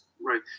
Right